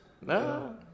no